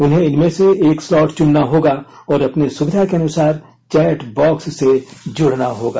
उन्हें इनमें से एक स्लॉट चुनना होगा और अपनी सुविधा के अनुसार चैट बॉक्स से जुडना होगा